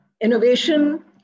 innovation